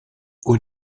haut